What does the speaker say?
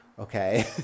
Okay